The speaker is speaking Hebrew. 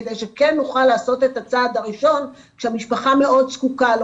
כדי שכן נוכל לעשות את הצעד הראשון כשהמשפחה מאוד זקוקה לו,